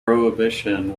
prohibition